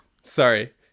sorry